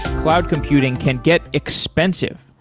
cloud computing can get expensive.